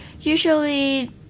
usually